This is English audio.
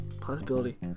possibility